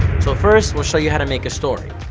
so first, we'll show you how to make a story.